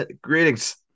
Greetings